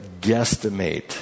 guesstimate